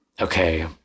Okay